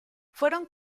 fueron